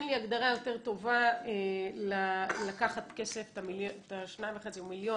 אין לי הגדרה יותר טובה לקחת את ה-2.5 מיליון,